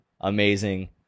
amazing